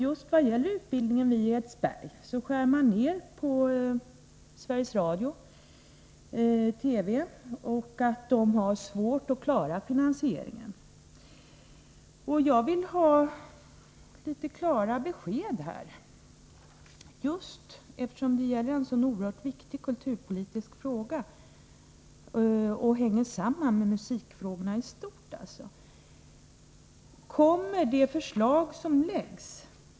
Just vad gäller utbildningen vid Edsbergs musikskola skär man ju ner när det gäller Sveriges Radio-TV, och det är svårt att klara finansieringen. Jag vill ha litet klara besked här, eftersom det rör sig om en så viktig kulturpolitisk fråga, som hänger samman med musikfrågorna i stort.